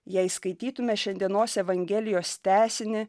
jei skaitytume šiandienos evangelijos tęsinį